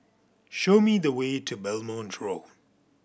show me the way to Belmont Road